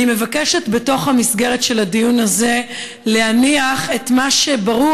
אני מבקשת בתוך המסגרת של הדיון הזה להניח את מה שברור,